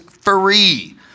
free